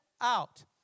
out